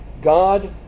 God